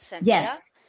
Yes